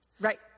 Right